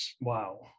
Wow